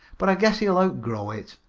but i guess he will outgrow it,